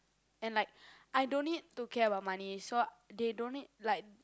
and like I don't need to care about money so they don't need like